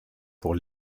pour